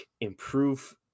improve